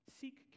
Seek